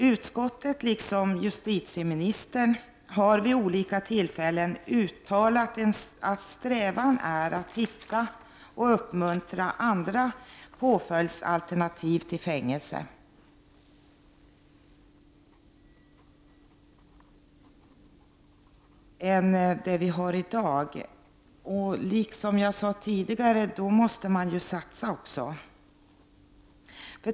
Utskottet liksom justitieministern har vid olika tillfällen uttalat att strävan är att hitta och uppmuntra andra påföljder än fängelse i större utsträckning än vad vi gör i dag. Som jag sade tidigare måste man ju satsa också.